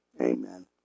Amen